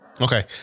Okay